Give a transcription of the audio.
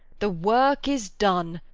the work is done,